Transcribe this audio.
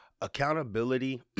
Accountability